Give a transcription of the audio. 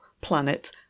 planet